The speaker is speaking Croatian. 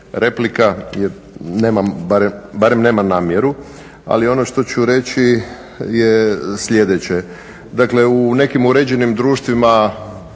nemam, barem nemam namjeru. Ali ono što ću reći je sljedeće. Dakle u nekim uređenim društvima,